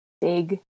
big